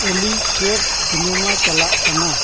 ᱚᱞᱤ ᱪᱮᱫ ᱥᱤᱱᱮᱢᱟ ᱪᱟᱞᱟᱜ ᱠᱟᱱᱟ